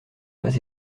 pas